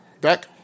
Back